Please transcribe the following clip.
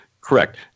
correct